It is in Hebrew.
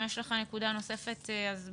אם יש לך נקודה נוספת לסיכום,